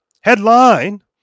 headline